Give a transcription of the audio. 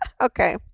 Okay